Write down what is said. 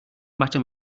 matter